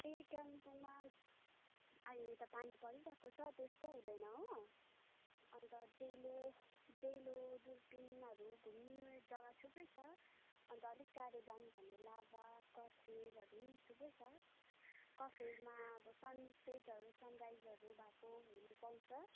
ए कालिम्पोङमा अहिले त पानी परिरहेको छ त्यस्तो हुँदैन हो अन्त डेलो डेलो दूरबिनहरू घुम्ने जगा थुप्रै छ अन्त अलिक टाडो जानुछ भने लाभा कफेरहरू थुप्रै छ कफेरमा अब सनसेटहरू सनराइजहरू भएको हेर्नु पाउँछ